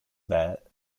that